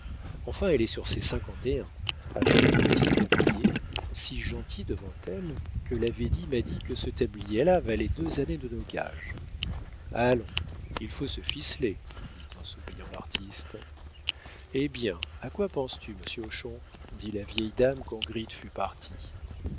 enfin elle est sur ses cinquante et un avec un petit tablier si gentil devant elle que la védie m'a dit que ce tablier là valait deux années de nos gages allons il faut se ficeler dit en souriant l'artiste eh bien à quoi penses-tu monsieur hochon dit la vieille dame quand gritte fut partie